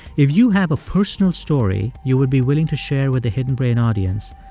if you have a personal story you would be willing to share with the hidden brain audience,